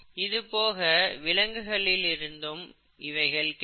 இது போக விலங்குகளில் இருந்தும் இவைகள் கிடைக்கும்